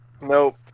Nope